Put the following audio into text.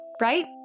right